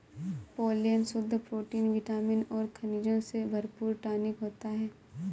pollen शुद्ध प्रोटीन विटामिन और खनिजों से भरपूर टॉनिक होता है